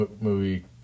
movie